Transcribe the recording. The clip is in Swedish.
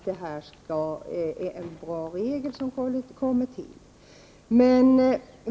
Det är en bra regel som nu kommer till.